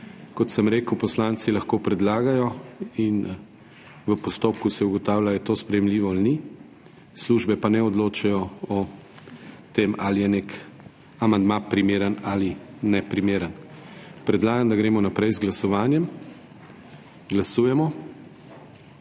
Kot sem rekel, poslanci lahko predlagajo, v postopku se pa ugotavlja, ali da je to sprejemljivo ali ni. Službe pa ne odločajo o tem, ali je nek amandma primeren ali neprimeren. Predlagam, da gremo naprej z glasovanjem. Glasujemo.